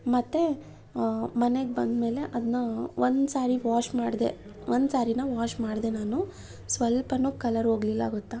ಮತ್ತೆ ಮನೆಗೆ ಬಂದಮೇಲೆ ಅದನ್ನ ಒಂದು ಸ್ಯಾರಿ ವಾಷ್ ಮಾಡಿದೆ ಒಂದು ಸ್ಯಾರಿನ ವಾಷ್ ಮಾಡಿದೆ ನಾನು ಸ್ವಲ್ಪನೂ ಕಲರ್ ಹೋಗಲಿಲ್ಲ ಗೊತ್ತಾ